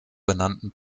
benannten